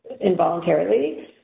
involuntarily